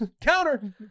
counter